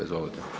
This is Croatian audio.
Izvolite.